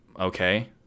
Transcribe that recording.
okay